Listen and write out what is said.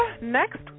next